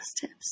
tips